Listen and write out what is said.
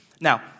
Now